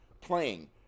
playing